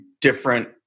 different